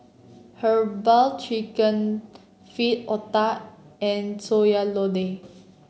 herbal chicken feet otah and Sayur Lodeh